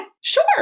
sure